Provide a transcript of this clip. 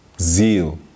zeal